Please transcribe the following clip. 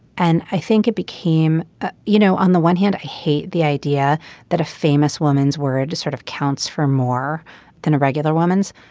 and i think it became you know on the one hand i hate the idea that a famous woman's word sort of counts for more than a regular woman's.